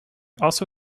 also